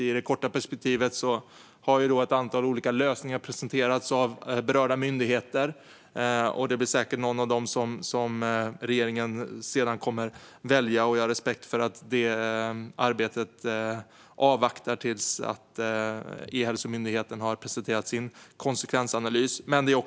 I det korta perspektivet har ett antal olika lösningar presenterats av berörda myndigheter, och det blir säkert någon av dem som regeringen sedan kommer att välja. Jag har respekt för att man avvaktar med detta arbete tills E-hälsomyndigheten har presenterat sin konsekvensanalys.